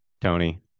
Tony